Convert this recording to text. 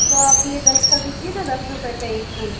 तो आप ये दस का दीजिए न दस रुपए का एक फूल